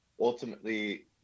ultimately